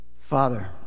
Father